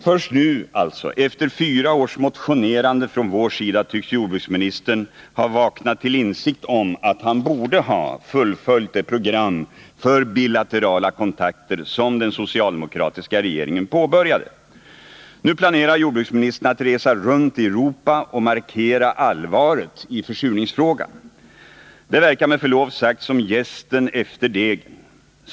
Först nu, efter fyra års motionerande från vår sida, tycks jordbruksministern alltså ha vaknat till insikt om att han borde ha fullföljt det program för bilaterala kontakter som den socialdemokratiska regeringen påbörjade. Nu planerar jordbruksministern att resa runt i Europa och markera allvaret i försurningsfrågan. Det verkar med förlov sagt som jästen efter degen.